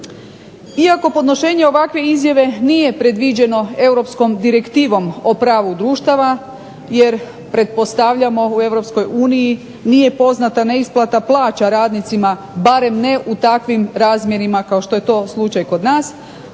Iako podnošenje ovakve izjave nije predviđeno europskom direktivom o pravu društava, jer pretpostavljamo u EU nije poznata neisplata plaća radnicima barem ne u takvim razmjerima kao što je to slučaj kod nas,